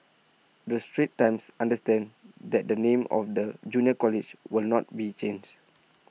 the straits times understands that the name of the junior college will not be changed